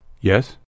Yes